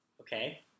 Okay